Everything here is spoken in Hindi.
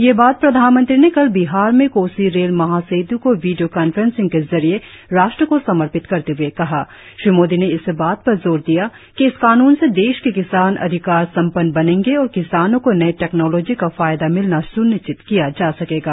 यह बात प्रधानमंत्री ने कल बिहार में कोसी रेल महासेत् को वीडियो कॉन्फ्रेंसिंग के जरिए राष्ट्र को समर्पित करते हए कहा श्री मोदी ने इस बात पर जोर दिया कि इस कानून से देश के किसान अधिकार सम्पन्न बनेंगे और किसानों को नयी टेकनॉलोजी का फायदा मिलना सुनिशचित किया जा सकेगा